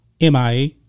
MIA